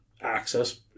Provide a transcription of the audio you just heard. access